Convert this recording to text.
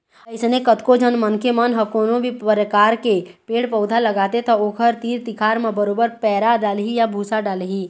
अइसने कतको झन मनखे मन ह कोनो भी परकार के पेड़ पउधा लगाथे त ओखर तीर तिखार म बरोबर पैरा डालही या भूसा डालही